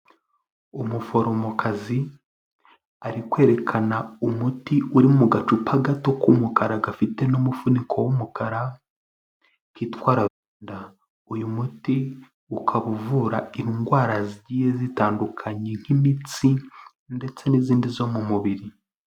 Umuforomokazi ari kwerekana umuti uri mu gacupa gato k'umukara gafite n'umufuniko w'umukara kitwa ravenda, uyu muti ukaba uvura indwara zigiye zitandukanye nk'imitsi ndetse n'izindi zo mu mubiri.